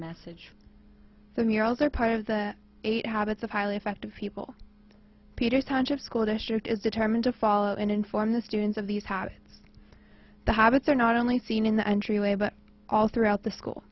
message so murals are part of the eight habits of highly effective people peter township school district is determined to follow and inform the students of these habits the habits are not only seen in the entryway but all throughout the school